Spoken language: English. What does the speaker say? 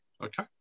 Okay